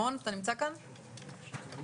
שמי